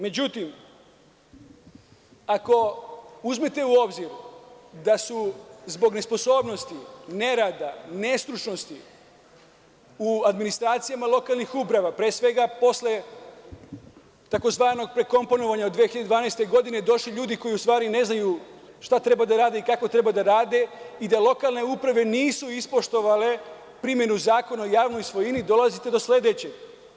Međutim, ako uzmete u obzir da su zbog nesposobnosti, ne rada, nestručnosti u administracijama lokalnih uprava, pre svega, posle tzv. prekomponovanja od 2012. godine došli ljudi koji u stvari ne znaju šta treba da rade i kako treba da rade i da lokalne uprave nisu ispoštovale primenu Zakona o javnoj svojini, dolazite do sledećeg.